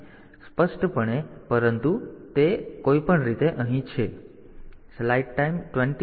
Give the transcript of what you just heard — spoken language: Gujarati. તેથી સ્પષ્ટપણે પરંતુ તે કોઈપણ રીતે અહીં છે